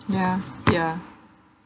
ya ya